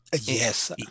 Yes